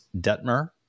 Detmer